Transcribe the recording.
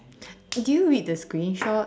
did you read the screenshots